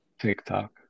TikTok